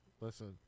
listen